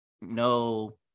no